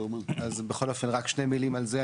אז בכל אופן רק שתי מילים על זה.